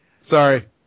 Sorry